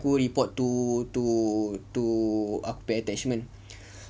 aku report to to to aku apa attachment